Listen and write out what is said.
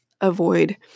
avoid